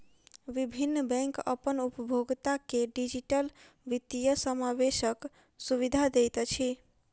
विभिन्न बैंक अपन उपभोगता के डिजिटल वित्तीय समावेशक सुविधा दैत अछि